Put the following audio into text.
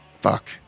fuck